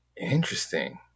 Interesting